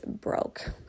broke